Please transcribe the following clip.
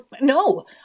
No